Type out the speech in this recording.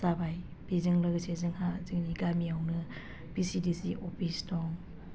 जाबाय बेजों लोगोसे जोंहा जोंनि गामियावनो भि सि डि सि अफिस दं